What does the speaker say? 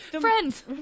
Friends